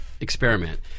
experiment